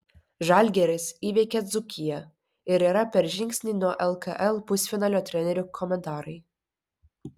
žalgiris įveikė dzūkiją ir yra per žingsnį nuo lkl pusfinalio trenerių komentarai